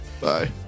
Bye